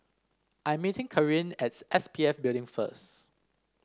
I'm meeting Karin as S P F Building first